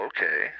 Okay